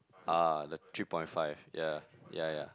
ah the three point five ya ya ya